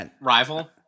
Rival